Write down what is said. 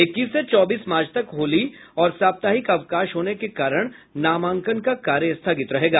इक्कीस से चौबीस मार्च तक होली और साप्ताहिक अवकाश होने के कारण नामांकन का कार्य स्थगित रहेगा